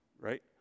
right